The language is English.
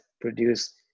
produce